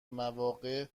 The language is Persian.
واقع